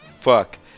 Fuck